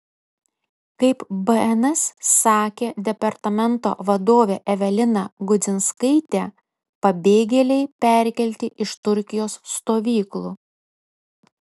kaip bns sakė departamento vadovė evelina gudzinskaitė pabėgėliai perkelti iš turkijos stovyklų